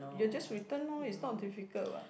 you are just return loh is not difficult what